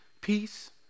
Peace